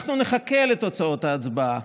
אנחנו נחכה לתוצאות ההצבעה,